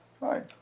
Right